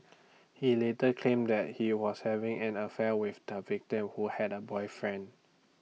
he later claim that he was having an affair with the victim who had A boyfriend